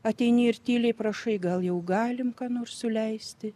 ateini ir tyliai prašai gal jau galim ką nors suleisti